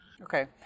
Okay